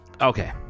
Okay